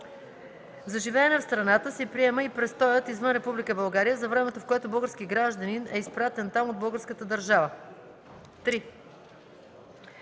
За живеене в страната се приема и престоят извън Република България за времето, в което български гражданин е изпратен там от българската държава.